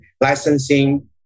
licensing